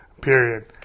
period